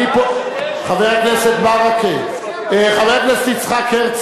חבר הכנסת חנין,